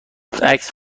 عکس